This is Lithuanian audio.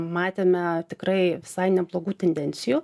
matėme tikrai visai neblogų tendencijų